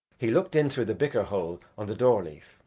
he looked in through the bicker-hole on the door-leaf.